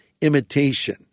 imitation